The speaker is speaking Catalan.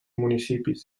municipis